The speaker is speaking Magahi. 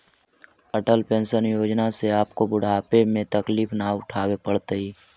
अटल पेंशन योजना से आपको बुढ़ापे में तकलीफ न उठावे पड़तई